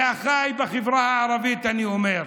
לאחיי בחברה הערבית אני אומר: